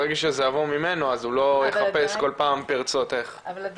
ברגע שזה יבוא ממנו הוא לא יבקש כל פעם פרצות איך.